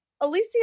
Alicia